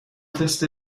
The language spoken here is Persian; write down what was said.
تست